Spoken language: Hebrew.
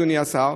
אדוני השר,